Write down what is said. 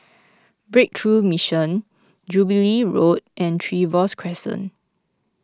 Breakthrough Mission Jubilee Road and Trevose Crescent